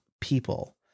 people